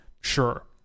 sure